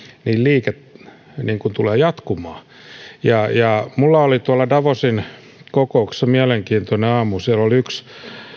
niin liike tulee jatkumaan minulla oli tuolla davosin kokouksessa mielenkiintoinen aamu siellä oli yksi